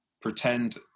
pretend